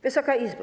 Wysoka Izbo!